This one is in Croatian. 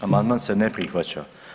Amandman se ne prihvaća.